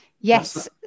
Yes